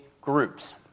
groups